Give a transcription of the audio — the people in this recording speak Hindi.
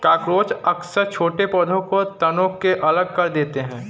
कॉकरोच अक्सर छोटे पौधों के तनों को अलग कर देते हैं